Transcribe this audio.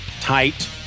tight